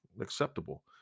acceptable